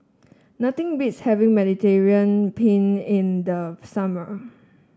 nothing beats having Mediterranean Penne in the summer